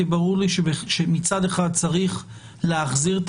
כי ברור לי שמצד אחד צריך להחזיר את